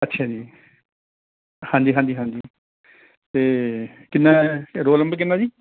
ਅੱਛਾ ਜੀ ਹਾਂਜੀ ਹਾਂਜੀ ਹਾਂਜੀ ਅਤੇ ਕਿੰਨੇ ਰੋਲ ਨੰਬਰ ਕਿੰਨਾ ਜੀ